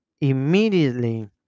Immediately